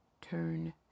turn